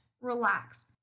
relax